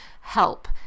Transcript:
help